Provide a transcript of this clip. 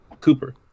Cooper